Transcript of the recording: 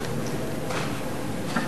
והבה.